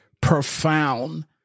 profound